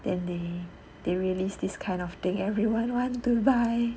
then they they released this kind of thing everyone want to buy